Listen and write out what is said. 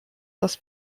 das